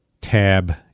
tab